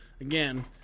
Again